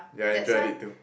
ya enjoyed it too